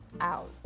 Out